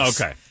Okay